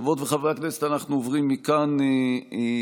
חברות וחברי הכנסת, אנחנו עוברים מכאן לדיון.